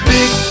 Big